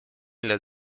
las